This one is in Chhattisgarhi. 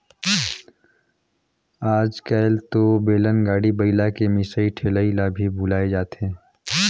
आयज कायल तो बेलन, गाड़ी, बइला के मिसई ठेलई ल भी भूलाये जाथे